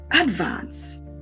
advance